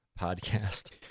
podcast